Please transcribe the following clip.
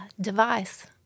device